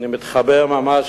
עיקר שאלתי